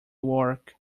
work